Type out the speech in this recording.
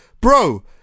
Bro